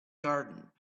garden